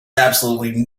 absolutely